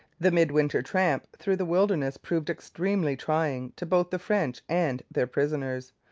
the mid-winter tramp through the wilderness proved extremely trying to both the french and their prisoners,